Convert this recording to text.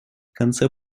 конце